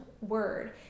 word